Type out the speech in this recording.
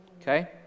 okay